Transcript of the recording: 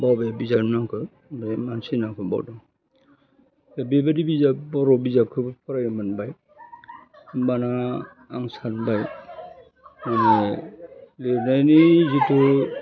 बबे बिजाबनि नामखौ बे मानसिनि नामखौ बावदों दा बेबायदि बिजाब बर' बिजाबखौबो फरायनो मोनबाय होमबाना आं सानबाय माहोनो लिरनायनि जितु